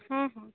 ହଁ